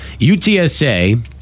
UTSA